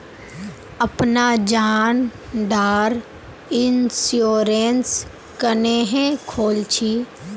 अपना जान डार इंश्योरेंस क्नेहे खोल छी?